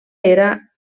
era